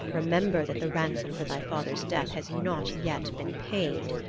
remember that the ransom for thy father's death has not yet been paid.